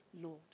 Lord